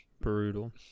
brutal